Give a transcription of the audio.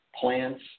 plants